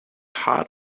hot